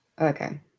Okay